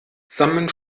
sammeln